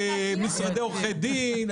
וסנדוויץ'